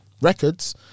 records